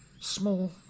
small